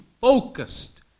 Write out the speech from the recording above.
focused